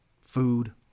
food